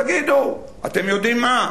תגידו: אתם יודעים מה?